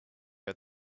had